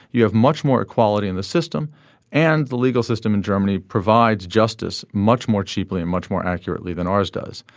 you have much more equality in the system and the legal system in germany provides justice much more cheaply and much more accurately than ours does.